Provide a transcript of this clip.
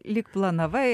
lyg planavai